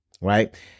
Right